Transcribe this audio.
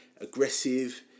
aggressive